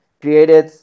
created